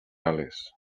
ales